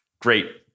Great